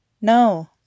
No